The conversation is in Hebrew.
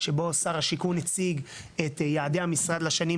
שבו שר השיכון הציג את ייעדי המשרד לשנים